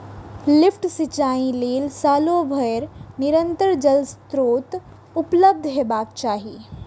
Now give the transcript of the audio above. lift सिंचाइ लेल सालो भरि निरंतर जल स्रोत उपलब्ध हेबाक चाही